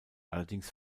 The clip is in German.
allerdings